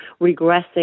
regressing